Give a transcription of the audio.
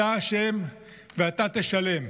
אתה אשם ואתה תשלם.